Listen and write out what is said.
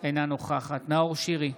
אינה נוכחת נאור שירי,